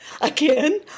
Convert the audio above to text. again